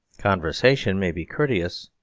conversation may be courteous,